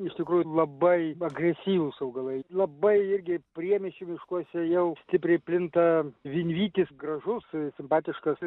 iš tikrųjų labai agresyvūs augalai labai irgi priemiesčių miškuose jau stipriai plinta vinvytis gražus simpatiškas